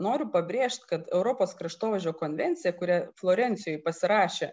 noriu pabrėžt kad europos kraštovaizdžio konvencija kurią florencijoj pasirašė